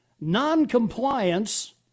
Noncompliance